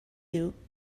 you